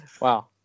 wow